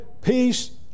peace